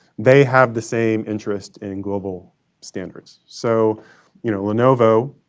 they have the same interest in global standards. so you know, lenovo